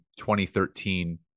2013